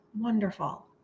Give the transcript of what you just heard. wonderful